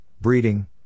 breeding